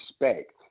respect